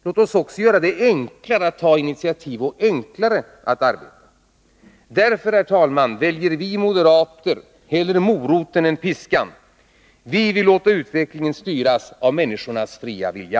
Låt oss också göra det enklare att ta initiativ och enklare att arbeta. Därför, herr talman, väljer vi moderater hellre moroten än piskan. Vi vill låta utvecklingen styras av människornas fria vilja.